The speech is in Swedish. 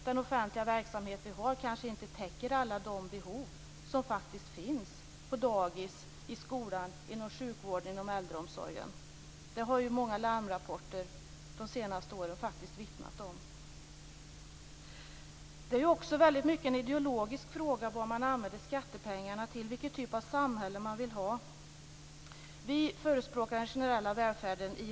Den offentliga verksamhet som vi har täcker inte alla de behov som faktiskt finns på dagis, i skolan, inom sjukvården och inom äldreomsorgen. Det har många larmrapporter de senaste åren faktiskt vittnat om. Det är också i mycket en ideologisk fråga vad man använder skattepengarna till och vilken typ av samhälle man vill ha. Vi i Vänsterpartiet förespråkar den generella välfärden.